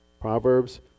Proverbs